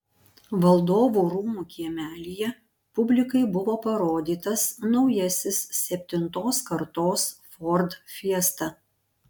valdovų rūmų kiemelyje publikai buvo parodytas naujasis septintos kartos ford fiesta